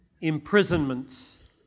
imprisonments